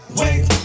wait